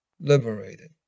liberated